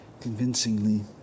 convincingly